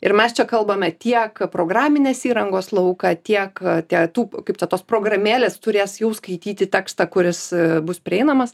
ir mes čia kalbame tiek programinės įrangos lauką tiek tie tų kaip čia tos programėlės turės jau skaityti tekstą kuris bus prieinamas